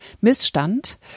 Missstand